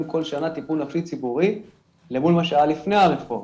כל שנה טיפול נפשי ציבורי למול מה שהיה לפני הרפורמה.